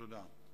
תודה.